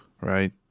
right